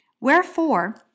wherefore